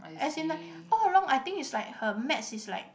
as in like all along I think is like her maths is like